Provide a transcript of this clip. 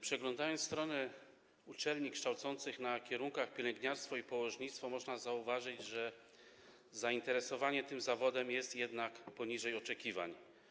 Przeglądając strony uczelni kształcących na kierunkach pielęgniarstwo i położnictwo, można zauważyć, że zainteresowanie tym zawodem jest poniżej oczekiwań.